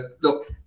Look